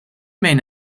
main